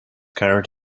carried